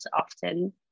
Often